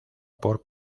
por